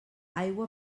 aigua